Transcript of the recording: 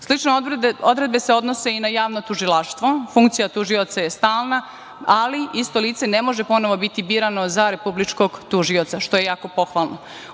Slične odredbe se odnose i na javno tužilaštvo. Funkcija tužioca je stalna, ali isto lice ne može ponovo biti birano za republičkog tužioca šta je jako pohvalno. Ono